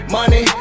Money